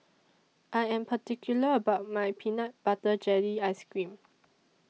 I Am particular about My Peanut Butter Jelly Ice Cream